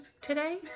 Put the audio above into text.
today